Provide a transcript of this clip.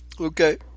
Okay